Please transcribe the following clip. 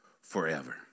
forever